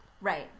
Right